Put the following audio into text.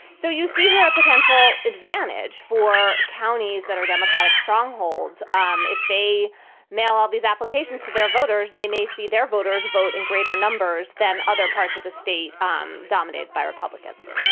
so you see here a potential advantage for counties that are democratic strongholds. um if they mail all these applications to their voters, they may see their voters vote in greater numbers than other parts of the state um dominated by republicans.